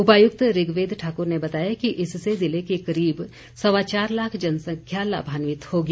उपायुक्त ऋग्वेद ठाकुर ने बताया कि इससे ज़िले की करीब सवा चार लाख जनसंख्या लाभान्वित होगी